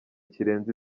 kirenze